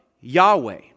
Yahweh